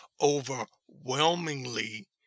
overwhelmingly